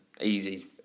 Easy